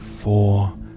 Four